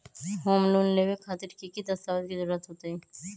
Home loan लेबे खातिर की की दस्तावेज के जरूरत होतई?